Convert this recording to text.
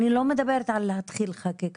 אני לא מדברת על להתחיל חקיקה,